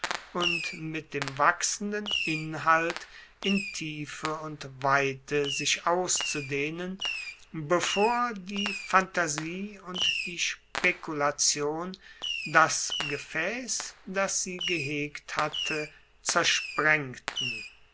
und mit dem wachsenden inhalt in tiefe und weite sich auszudehnen bevor die phantasie und die spekulation das gefaess das sie gehegt hatte zersprengten